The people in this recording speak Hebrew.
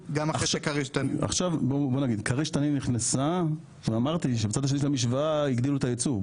כריש תנין נכנסה ואמרתי שבצד השני של המשוואה הגדילו את היצור,